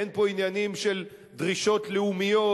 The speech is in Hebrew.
אין פה עניינים של דרישות לאומיות,